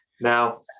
now